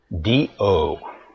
D-O